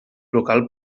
local